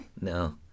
No